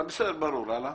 (6)